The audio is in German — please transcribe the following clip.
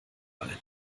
ein